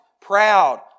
proud